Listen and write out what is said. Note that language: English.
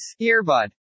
earbud